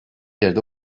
yerde